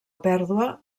pèrdua